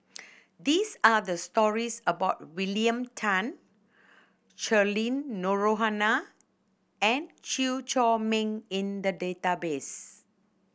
these are the stories about William Tan Cheryl and Chew Chor Meng in the database